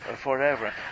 forever